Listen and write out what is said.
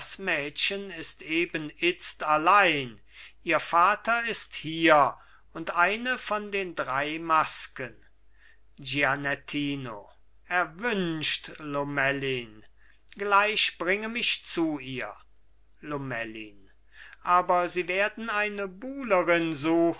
mädchen ist eben itzt allein ihr vater ist hier und eine von den drei masken gianettino erwünscht lomellin gleich bringe mich zu ihr lomellin aber sie werden eine buhlerin suchen